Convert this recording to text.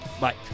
Bye